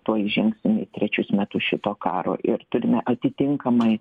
tuoj įžengsim į trečius metus šito karo ir turime atitinkamai